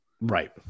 Right